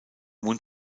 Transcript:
mund